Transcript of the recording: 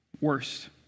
worse